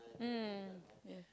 mm yeah